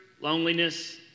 loneliness